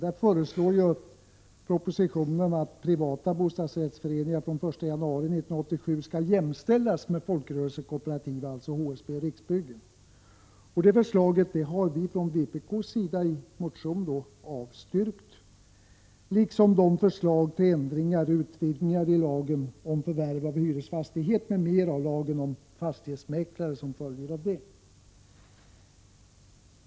I propositionen föreslås att privata bostadsrättsföreningar fr.o.m. den 1 januari 1987 skall jämställas med folkrörelsekooperativen, dvs. HSB och Riksbyggen. Det förslaget har vpk avstyrkt i en motion liksom förslaget till ändringar och utvidgningar i lagen om förvärv av hyresfastighet m.m. och som en följd av detta även lagen om fastighetsmäklare.